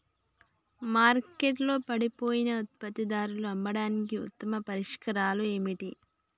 మార్కెట్లో పాడైపోయిన ఉత్పత్తులను అమ్మడానికి ఉత్తమ పరిష్కారాలు ఏమిటి?